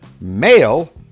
male